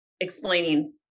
explaining